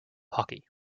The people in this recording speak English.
hockey